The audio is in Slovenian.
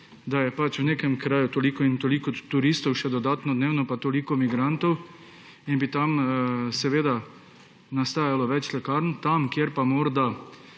da je pač v nekem kraju toliko in toliko turistov še dodatno dnevno pa toliko migrantov in bi tam seveda nastajalo več lekarn, tam, kjer je pa morda